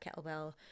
kettlebell